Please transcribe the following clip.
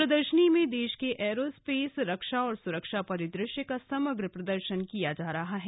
प्रदर्शनी में देश के एयरो स्पेस रक्षा और सुरक्षा परिदृश्य का समग्र प्रदर्शन किया जा रहा है